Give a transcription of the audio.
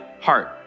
heart